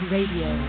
Radio